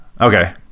okay